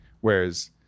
whereas